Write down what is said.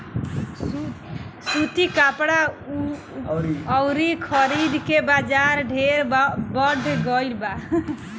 सूती कपड़ा अउरी खादी के बाजार ढेरे बढ़ गईल बा